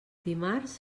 dimarts